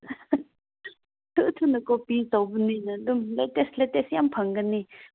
ꯊꯨ ꯊꯨꯅ ꯀꯣꯄꯤ ꯇꯧꯕꯅꯤꯅ ꯑꯗꯨꯝ ꯂꯦꯇꯦꯁ ꯂꯦꯇꯦꯁ ꯌꯥꯝ ꯐꯪꯒꯅꯤ